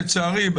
לצערי,